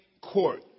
court